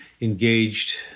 engaged